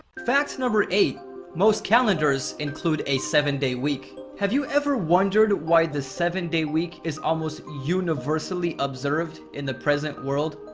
fact number eight most calendars include a seven-day week have you ever wondered why the seven-day week is almost universally observed in the present world,